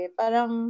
parang